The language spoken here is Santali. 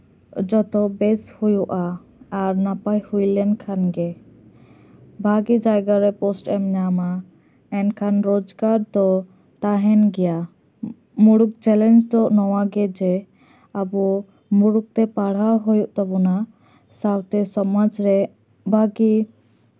ᱡᱚᱛᱚ ᱵᱮᱥ ᱦᱩᱭᱩᱜᱼᱟ ᱟᱨ ᱱᱟᱯᱟᱭ ᱦᱩᱭ ᱞᱮᱱᱠᱷᱟᱱ ᱜᱮ ᱵᱷᱟᱹᱜᱤ ᱡᱟᱭᱜᱟ ᱨᱮ ᱯᱳᱥᱴ ᱮᱢ ᱧᱟᱢᱟ ᱮᱱᱠᱷᱟᱱ ᱨᱳᱡᱽᱜᱟᱨ ᱫᱚ ᱛᱟᱦᱮᱱ ᱜᱮᱭᱟ ᱢᱩᱬᱩᱫ ᱪᱮᱞᱮᱧᱡᱽ ᱫᱚ ᱱᱚᱣᱟᱜᱮ ᱡᱮ ᱟᱵᱚ ᱢᱩᱨᱩᱠᱷ ᱛᱮ ᱯᱟᱲᱦᱟᱣ ᱦᱩᱭᱩᱜ ᱛᱟᱵᱳᱱᱟ ᱥᱟᱶᱛᱟ ᱥᱚᱢᱟᱡᱽ ᱨᱮ ᱵᱷᱟᱹᱜᱤ